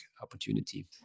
opportunity